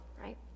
right